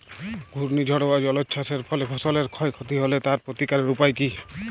ঘূর্ণিঝড় ও জলোচ্ছ্বাস এর ফলে ফসলের ক্ষয় ক্ষতি হলে তার প্রতিকারের উপায় কী?